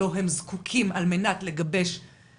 את השירות והמידע שלו הם זקוקים על מנת לגבש משהו,